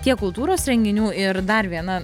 tiek kultūros renginių ir dar viena